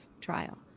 trial